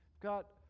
Got